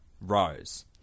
Rose